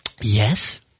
Yes